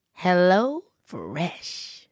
HelloFresh